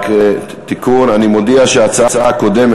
רק תיקון: אני מודיע שההצעה הקודמת,